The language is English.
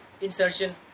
insertion